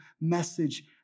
message